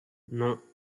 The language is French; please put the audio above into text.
non